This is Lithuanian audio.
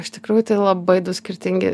iš tikrųjų tai labai du skirtingi